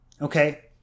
okay